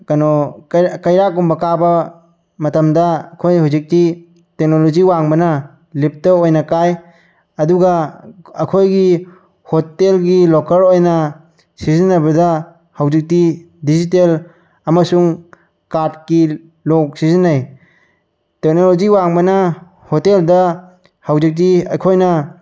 ꯀꯩꯅꯣ ꯀꯩꯔꯥꯛꯀꯨꯝꯕ ꯀꯥꯕ ꯃꯇꯝꯗ ꯑꯩꯈꯣꯏ ꯍꯧꯖꯤꯛꯇꯤ ꯇꯦꯛꯅꯣꯂꯣꯖꯤ ꯋꯥꯡꯕꯅ ꯂꯤꯕꯇ ꯑꯣꯏꯅ ꯀꯥꯏ ꯑꯗꯨꯒ ꯑꯩꯈꯣꯏꯒꯤ ꯍꯣꯇꯦꯜꯒꯤ ꯂꯣꯀꯔ ꯑꯣꯏꯅ ꯁꯤꯖꯤꯟꯅꯕꯗ ꯍꯧꯖꯤꯛꯇꯤ ꯗꯤꯖꯤꯇꯦꯜ ꯑꯃꯁꯨꯡ ꯀꯥꯔꯗꯀꯤ ꯂꯣꯛ ꯁꯤꯖꯤꯟꯅꯩ ꯇꯦꯛꯅꯣꯂꯣꯖꯤ ꯋꯥꯡꯕꯅ ꯍꯣꯇꯦꯜꯗ ꯍꯧꯖꯤꯛꯇꯤ ꯑꯩꯈꯣꯏꯅ